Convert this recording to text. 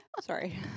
Sorry